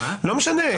לא משנה.